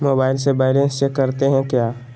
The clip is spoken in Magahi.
मोबाइल से बैलेंस चेक करते हैं क्या?